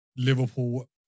Liverpool